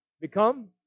become